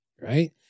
Right